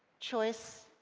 choice,